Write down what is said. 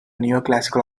neoclassical